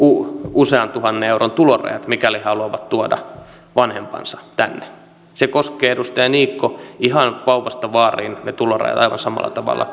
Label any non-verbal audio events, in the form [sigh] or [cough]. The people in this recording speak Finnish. usean tuhannen euron tulorajat mikäli he haluavat tuoda vanhempansa tänne ne tulorajat koskevat edustaja niikko ihan vauvasta vaariin aivan samalla tavalla [unintelligible]